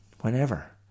whenever